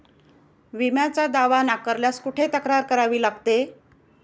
विम्याचा दावा नाकारल्यास कुठे तक्रार करावी लागते?